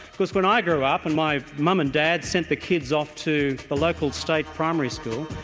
because when i grew up and my mum and dad sent the kids off to the local state primary school,